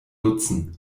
nutzen